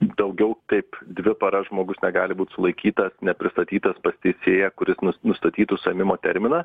daugiau kaip dvi paras žmogus negali būt sulaikytas nepristatytas pas teisėją kuris nustatytų suėmimo terminą